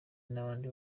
n’abandi